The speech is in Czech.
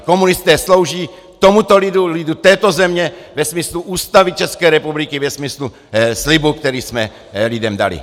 Komunisté slouží tomuto lidu, lidu této země ve smyslu Ústavy České republiky, ve smyslu slibu, který jsme lidem dali!